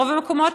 ברוב המקומות,